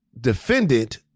defendant